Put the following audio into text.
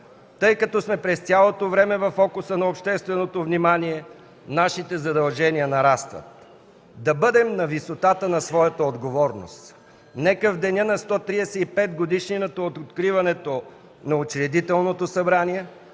тъй като сме през цялото време във фокуса на общественото внимание, нашите задължения нарастват. Да бъдем на висотата на своята отговорност! Нека в деня на 135-годишнината от откриването на Учредителното събрание